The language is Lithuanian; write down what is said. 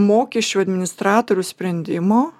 mokesčių administratoriaus sprendimo